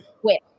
quick